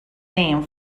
name